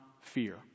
fear